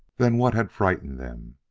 then what had frightened them?